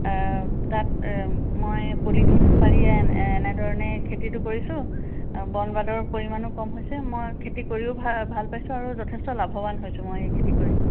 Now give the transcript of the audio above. তাত মই পলিথিন পাৰি এন এনেধৰণে খেতিটো কৰিছোঁ আ বন বাদৰ পৰিমাণো কম হৈছে মই খেতি কৰিও ভা ভাল পাইছোঁ আৰু যথেষ্ট লাভৱান হৈছোঁ মই এই খেতি কৰি